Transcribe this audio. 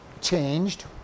changed